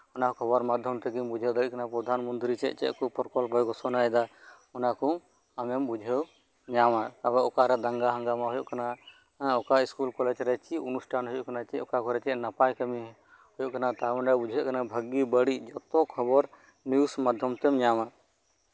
ᱚᱱᱟ ᱠᱷᱚᱵᱚᱨ ᱢᱟᱫᱽᱫᱷᱚᱢ ᱛᱮᱜᱮᱧ ᱵᱩᱡᱷᱟᱹᱣ ᱫᱟᱲᱮᱭᱟᱜ ᱠᱟᱱᱟ ᱡᱮ ᱯᱨᱚᱫᱷᱟᱱ ᱢᱚᱱᱛᱨᱤ ᱪᱮᱫᱼᱪᱮᱫ ᱠᱚ ᱯᱨᱚᱠᱚᱞᱯᱚᱭ ᱜᱷᱳᱥᱚᱱᱟᱭᱮᱫᱟ ᱚᱱᱟᱠᱚ ᱟᱢᱮᱢ ᱵᱩᱡᱷᱟᱹᱣ ᱧᱟᱢᱟ ᱟᱨᱚ ᱚᱠᱟᱨᱮ ᱫᱟᱝᱜᱟᱼᱦᱟᱝᱜᱟᱢᱟ ᱦᱳᱭᱳᱜ ᱠᱟᱱᱟ ᱚᱠᱟ ᱥᱠᱩᱞ ᱠᱚᱞᱮᱡᱽ ᱠᱚᱨᱮ ᱪᱮᱫ ᱚᱱᱩᱥᱴᱷᱟᱱ ᱦᱳᱭᱳᱜ ᱠᱟᱱᱟ ᱚᱠᱟ ᱠᱚᱨᱮ ᱪᱮᱫ ᱱᱟᱯᱟᱭ ᱠᱟᱢᱤ ᱦᱳᱭᱳᱜ ᱠᱟᱱᱟ ᱛᱟᱨᱢᱟᱱᱮ ᱵᱩᱡᱷᱟᱹᱜ ᱠᱟᱱᱟ ᱵᱷᱟᱹᱜᱮ ᱵᱟᱹᱲᱤᱡ ᱡᱷᱚᱛᱚ ᱠᱷᱚᱵᱚᱨ ᱱᱤᱭᱩᱡᱽ ᱢᱟᱫᱽᱫᱷᱚᱢ ᱛᱮᱢ ᱧᱟᱢᱟ